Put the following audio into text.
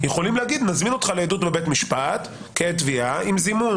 יכולים לומר שיזמינו אותי לעדות בבית משפט כעד תביעה עם זימון